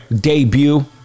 debut